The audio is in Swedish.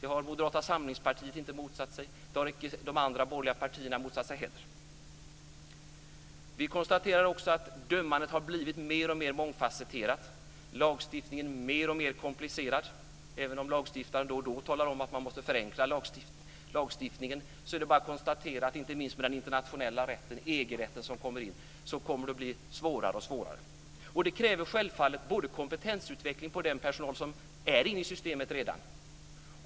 Det har Moderata samlingspartiet inte motsatt sig, och det har inte heller de andra borgerliga partierna motsatt sig. Även om lagstiftaren då och då talar om att man måste förenkla lagstiftningen är det bara att konstatera, inte minst med den internationella rätten och EG-rätten som kommer in, att det blir allt svårare. Det kräver självfallet kompetensutveckling för den personal som redan är inne i systemet.